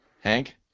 Hank